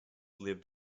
lived